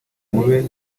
mube